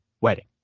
wedding